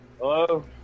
Hello